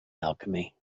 alchemy